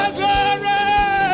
glory